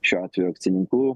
šiuo atveju akcininkų